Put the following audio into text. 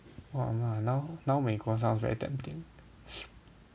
!wah! now now 美国 sounds very tempting